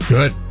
Good